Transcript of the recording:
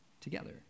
together